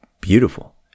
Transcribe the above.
beautiful